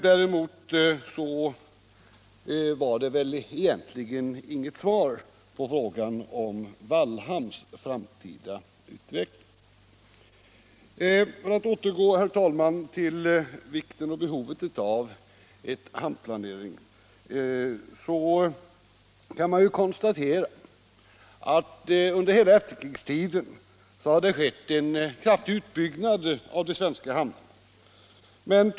Däremot fick jag väl egentligen inget svar på frågan om Wallhamns framtida utveckling. För att återgå, herr talman, till vikten och behovet av en hamnplanering, kan man konstatera att under hela efterkrigstiden har det skett en kraftig utbyggnad av de svenska hamnarna.